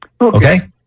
Okay